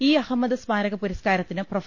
E Ahmed സ്മാരക പുരസ്കാരത്തിന് prof